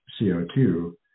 CO2